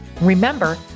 Remember